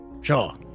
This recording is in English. Sure